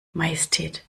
majestät